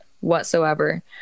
whatsoever